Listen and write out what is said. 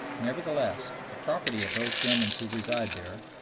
nevertheless, the property of those germans who reside there,